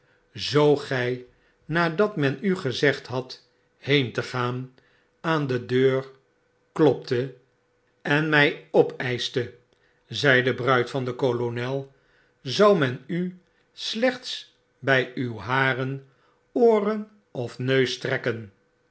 zoo gij nadat men u gezegd had been te gaan aan de deur kloptet en mij opeischtet zei de bruid van den kolonel zou men u slechts bij uw haren ooren of neus trekken